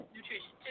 Nutrition